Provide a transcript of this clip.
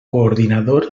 coordinador